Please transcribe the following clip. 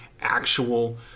actual